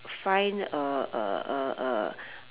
find uh uh uh uh